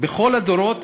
בכל הדורות